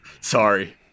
sorry